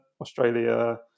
Australia